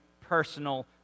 personal